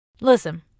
Listen